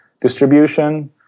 distribution